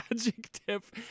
adjective